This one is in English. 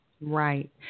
Right